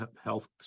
Health